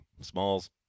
Smalls